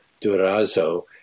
Durazo